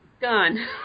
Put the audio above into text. gone